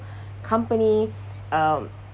company um